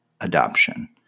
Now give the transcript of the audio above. adoption